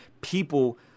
people